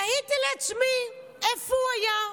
תהיתי לעצמי איפה הוא היה.